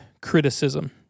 criticism